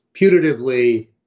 putatively